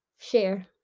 share